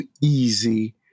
easy